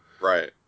right